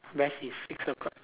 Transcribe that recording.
best is six O-clock